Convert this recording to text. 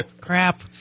Crap